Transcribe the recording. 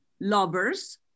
lovers